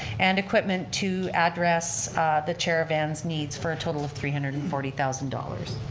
and equipment to address the chair-a-van's needs for a total of three hundred and forty thousand dollars.